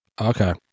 okay